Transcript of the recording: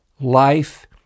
Life